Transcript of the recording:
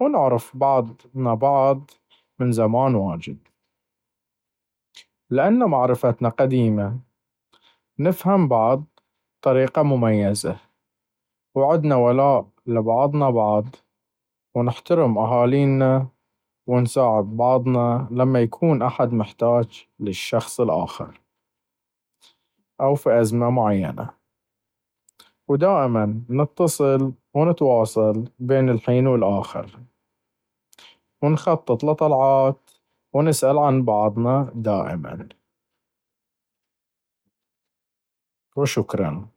ونعرف بعضنا يعني من زمان واجد. لأن معرفتنا قديمة نفهم بعض بطريقة مميزة، وعندنا ولاء لبعضنا بعض ونحترم أهالينا ونساعد بعضنا لما يكون أحد محتاج للشخص الآخر، أو في أزمة معينة، ودائماً نتصل ونتواصل بين الحين و الآخر، ونخطط لطلعات ونسأل عن بعضنا دائما. وشكراً.